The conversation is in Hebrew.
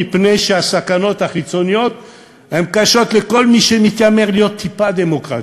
מפני שהסכנות החיצוניות קשות לכל מי שמתיימר להיות טיפה דמוקרטי,